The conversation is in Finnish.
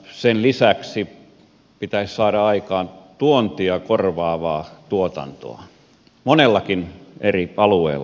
sen lisäksi pitäisi saada aikaan tuontia korvaavaa tuotantoa monellakin eri alueella